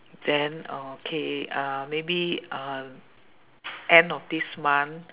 then okay uh maybe uh end of this month